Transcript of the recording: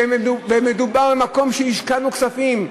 מדובר במקום שהשקענו בו כספים,